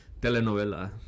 telenovela